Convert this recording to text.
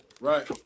Right